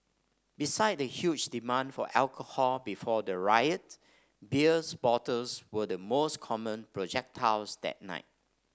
beside the huge demand for alcohol before the riot beers bottles were the most common projectiles that night